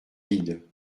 vides